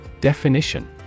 Definition